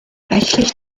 rechtlich